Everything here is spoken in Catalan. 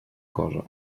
cosa